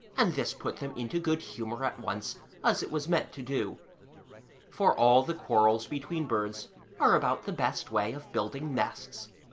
and this put them into good-humour at once, as it was meant to do for all the quarrels between birds are about the best way of building nests.